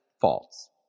false